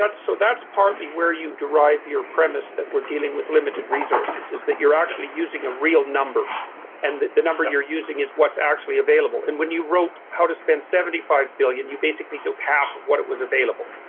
so that's partly where you derive your premise that we're dealing with limited resources is that you're actually using a real number and that the number you're using is what's actually available and when you wrote how to spend seventy five dollars billion you basically took half of what was available.